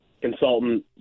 Consultant